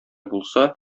булса